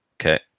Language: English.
Okay